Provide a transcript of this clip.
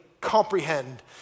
comprehend